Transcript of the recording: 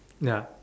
ya